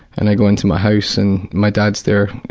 and i go into my house, and my dad's there,